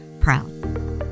proud